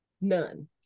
None